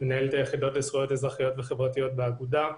אני מנהל את היחידות לזכויות אזרחיות וחברתיות באגודה.